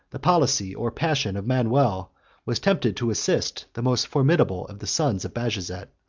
the policy or passion of manuel was tempted to assist the most formidable of the sons of bajazet.